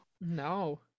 No